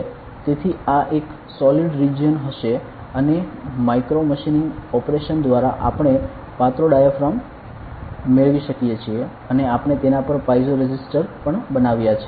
તેથી આ એક સોલીડ રિજિયન હશે અને માઇક્રો મશીનિંગ ઓપરેશન દ્વારા આપણે પાતળો ડાયાફ્રામ મેળવી શકીએ છીએ અને આપણે તેના પર પાઇઝો રેઝિસ્ટર પણ બનાવ્યા છે